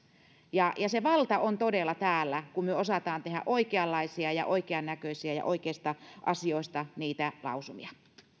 se valta on todella täällä kun me osaamme tehdä oikeanlaisia ja oikeannäköisiä ja oikeista asioista lausumia